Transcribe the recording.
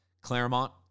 Claremont